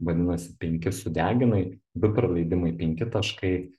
vadinasi penkis sudeginai du praleidimai penki taškai